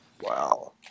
Wow